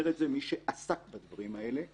אומר את זה מי שעסק בדברים האלה.